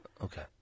Okay